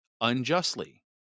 unjustly